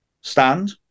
stand